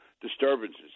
disturbances